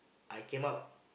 I came out